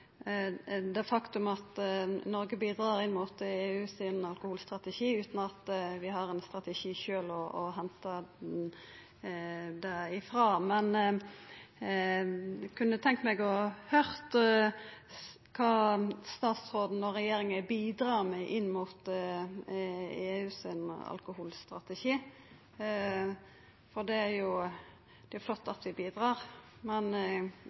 det faktum at Noreg bidrar inn mot EU sin alkoholstrategi utan at vi har ein strategi sjølve å henta det frå. Men eg kunne tenkt meg å høyra kva statsråden og regjeringa bidrar med inn mot EU sin alkoholstrategi. Det er flott at vi bidrar, men kva konkret er det